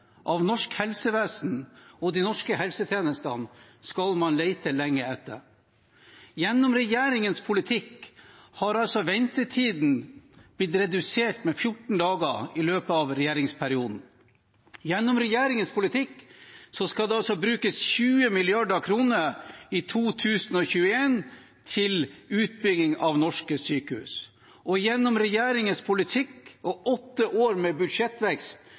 av norsk helsevesen og de norske helsetjenestene skal man lete lenge etter. Gjennom regjeringens politikk har altså ventetiden blitt redusert med fjorten dager i løpet av regjeringsperioden. Gjennom regjeringens politikk skal det brukes 20 mrd. kr i 2021 til utbygging av norske sykehus. Og gjennom regjeringens politikk og åtte år med budsjettvekst